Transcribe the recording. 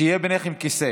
שיהיה ביניכם כיסא.